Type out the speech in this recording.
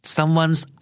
Someone's